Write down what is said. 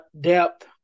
depth